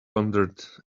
pondered